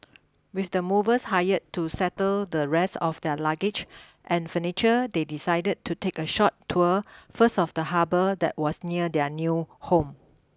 with the movers hired to settle the rest of their luggage and furniture they decided to take a short tour first of the harbour that was near their new home